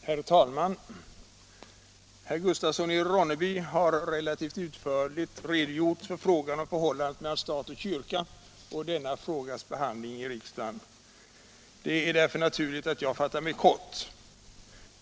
Herr talman! Herr Gustafsson i Ronneby har relativt utförligt redogjort för frågan om förhållandet mellan stat och kyrka och denna frågas tidigare behandling i riksdagen. Det är därför naturligt att jag fattar mig kort.